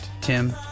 tim